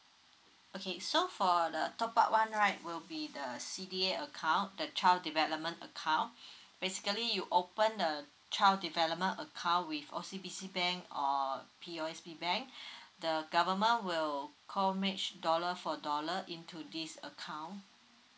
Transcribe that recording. okay so for the top up one right will be the CDA account that child development account basically you open the child development account with OCBC bank or POSB bank the government will co match dollar for dollar into this account